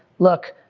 look,